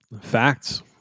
facts